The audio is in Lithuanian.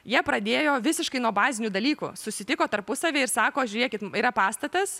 jie pradėjo visiškai nuo bazinių dalykų susitiko tarpusavyje ir sako žiūrėkit yra pastatas